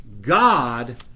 God